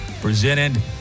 presented